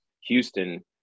houston